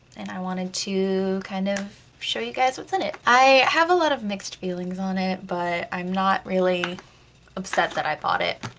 and i wanted to kind of show you guys what's in it! i have a lot of mixed feelings on it, but i'm not really upset that i bought it.